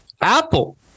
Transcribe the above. Apple